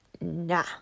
nah